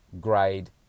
grade